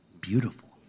beautiful